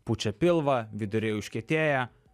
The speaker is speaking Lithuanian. pučia pilvą viduriai užkietėję